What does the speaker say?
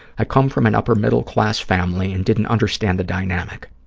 i come from an upper-middle-class family and didn't understand the dynamic.